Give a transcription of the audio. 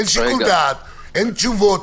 אין שיקול דעת, אין תשובות.